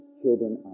children